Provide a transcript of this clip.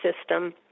system